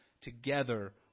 together